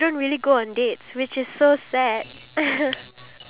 are the different activities that we both can do together